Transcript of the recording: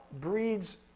breeds